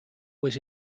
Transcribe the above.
was